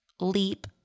leap